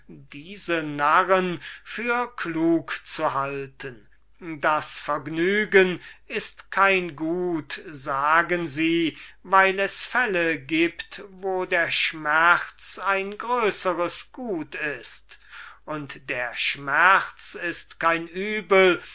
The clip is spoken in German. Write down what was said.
diese narren für weise zu halten das vergnügen ist kein gut sagen sie weil es fälle gibt wo der schmerz ein größeres gut ist und der schmerz ist kein übel